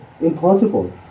impossible